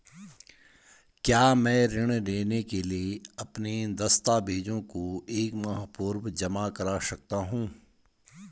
क्या मैं ऋण लेने के लिए अपने दस्तावेज़ों को एक माह पूर्व जमा कर सकता हूँ?